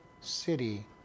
city